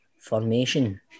formation